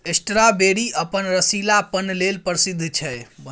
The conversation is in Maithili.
स्ट्रॉबेरी अपन रसीलापन लेल प्रसिद्ध छै